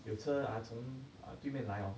有车啊从对面来哦